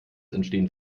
entstehen